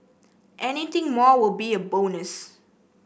anything more will be a bonus